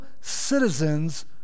citizens